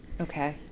okay